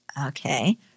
Okay